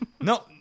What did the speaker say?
No